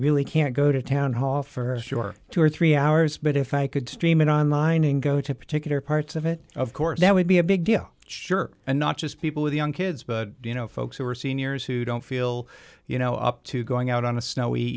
really can't go to town hall for sure two or three hours but if i could stream it on lining go to particular parts of it of course that would be a big deal sure and not just people with young kids but you know folks who are seniors who don't feel you know up to going out on a snowy